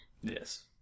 Yes